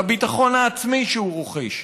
על הביטחון העצמי שהוא רוכש,